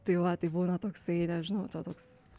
tai va taip būna toksai nežinau čia toks